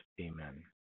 Amen